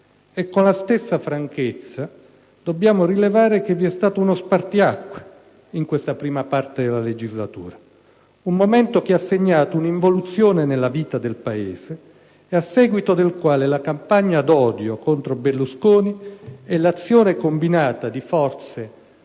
Con la stessa franchezza dobbiamo rilevare che vi è stato uno spartiacque in questa prima parte della legislatura. Un momento che ha segnato un'involuzione nella vita del Paese e a seguito del quale la campagna d'odio contro Berlusconi e l'azione combinata di forze